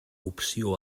opció